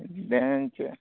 dance